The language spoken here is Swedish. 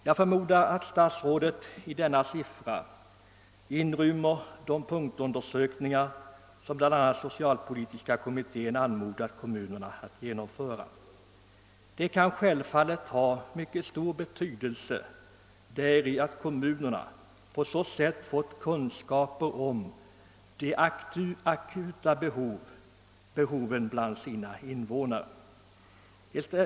Jag förmodar att statsrådet i denna siffra inrymmer de punktundersökningar som bl.a. socialpolitiska kommittén <anmodat kommunerna att genomföra. Det kan självfallet ha mycket stor betydelse därigenom, att kommunerna på så sätt fått reda på de akuta behoven bland sina invånare.